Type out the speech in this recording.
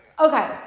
okay